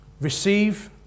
Receive